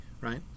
right